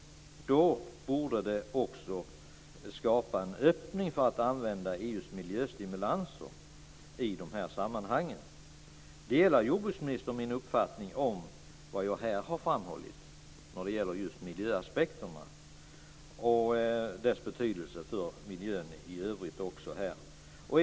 Det borde skapa en öppning för att använda EU:s miljöstimulanser i de här sammanhangen. Delar jordbruksministern den uppfattning jag här har framfört när det gäller just miljöaspekterna och oljeväxtodlingens betydelse för miljön även i övrigt?